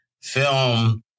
film